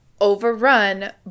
overrun